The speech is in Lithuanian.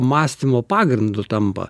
mąstymo pagrindu tampa